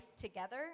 together